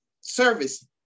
service